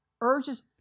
urges